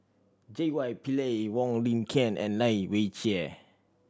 J Y Pillay Wong Lin Ken and Lai Weijie